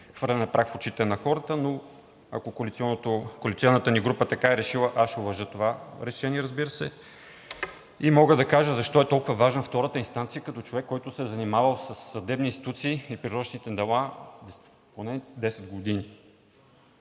хвърляне прах в очите на хората, но ако коалиционната ни група така е решила, аз ще уважа това решение, разбира се. Мога да кажа защо е толкова важна втората инстанция като човек, който се е занимавал със съдебни институции и просрочените дела поне 10 години.